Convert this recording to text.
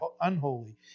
unholy